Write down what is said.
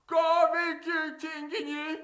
ką veiki tinginy